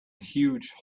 huge